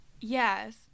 yes